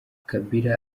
kabila